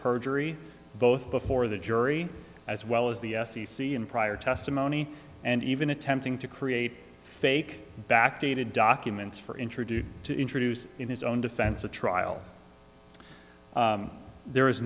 perjury both before the jury as well as the f c c and prior testimony and even attempting to create fake backdated documents for introduce to introduce in his own defense at trial there was